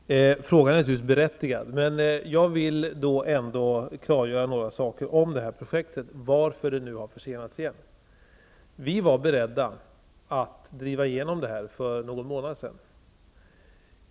Herr talman! Frågan är naturligtvis berättigad, men jag vill ändå på några punkter klargöra varför detta projekt nu återigen har försenats. Vi var beredda att driva igenom detta projekt för någon månad sedan.